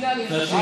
דינה להיכשל.